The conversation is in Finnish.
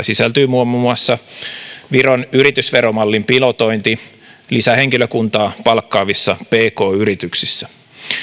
sisältyy muun muun muassa viron yritysveromallin pilotointi lisähenkilökuntaa palkkaavissa pk yrityksissä